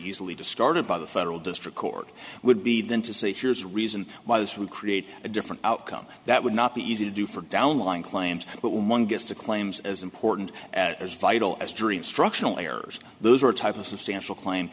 easily discarded by the federal district court would be then to say here's reason why this would create a different outcome that would not be easy to do for downline claims but one gets to claims as important as vital as dreams structural errors those are a type of substantial claim